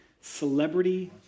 celebrity